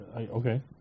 okay